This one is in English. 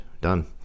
done